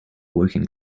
working